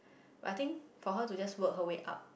but I think for her to just work her way up